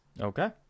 Okay